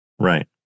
Right